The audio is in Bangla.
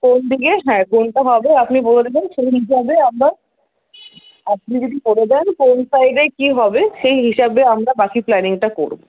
কোনদিকে হ্যাঁ কোনটা হবে আপনি বলে দেবেন সেইভাবে আমরা আপনি যদি করে দেন কোন সাইডে কী হবে সেই হিসাবে আমরা বাকি প্ল্যানিংটা করবো